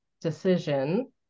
decision